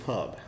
Pub